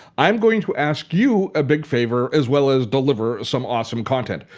i'm going to ask you a big favor as well as deliver some awesome content.